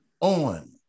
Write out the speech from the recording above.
on